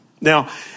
Now